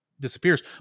disappears